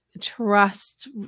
trust